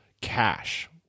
cash